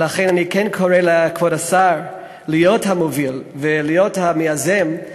ולכן אני כן קורא לכבוד השר להיות המוביל ולהיות היוזם,